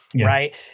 Right